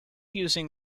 using